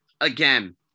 again